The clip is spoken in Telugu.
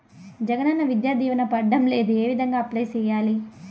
జగనన్న విద్యా దీవెన పడడం లేదు ఏ విధంగా అప్లై సేయాలి